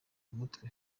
umutwe